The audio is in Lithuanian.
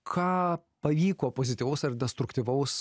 ką pavyko pozityvaus ar destruktyvaus